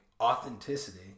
authenticity